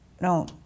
No